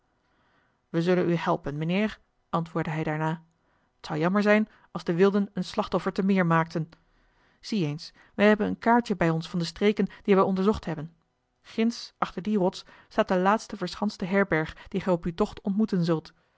we zullen u helpen mijnheer antwoordde hij daarna t zou jammer zijn als de wilden een slachtoffer te meer maakten zie eens we hebben een kaartje bij ons van de streken die wij onderzocht hebben ginds achter die rots staat de laatste verschanste herberg die gij op uw tocht ontmoeten zult